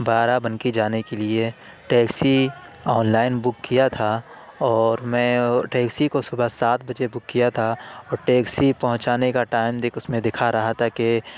بارہ بنکی جانے کے لیے ٹیکسی آن لائن بک کیا تھا اور میں ٹیکسی کو صبح سات بجے بک کیا تھا اور ٹیکسی پہنچانے کا ٹائم دکھ اس میں دکھا رہا تھا کہ